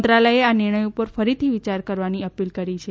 મંત્રાલયે આ નિર્ણય ઉપર ફરીથી વિચાર કરવાની અપીલ કરી છે